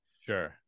sure